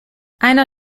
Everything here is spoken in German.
einer